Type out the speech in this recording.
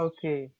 Okay